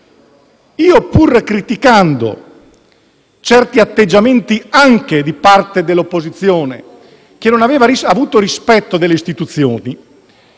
Pur criticando certi atteggiamenti anche di parte dell'opposizione, che non aveva avuto rispetto delle istituzioni,